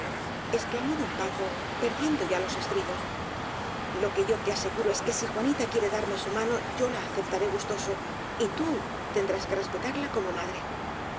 exclamó don paco perdiendo ya los estribos lo que yo te aseguro es que si juanita quiere darme su mano yo la aceptaré gustoso y tú tendrás que respetarla como madre